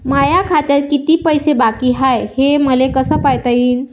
माया खात्यात किती पैसे बाकी हाय, हे मले कस पायता येईन?